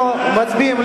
אנחנו מצביעים.